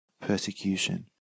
persecution